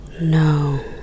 No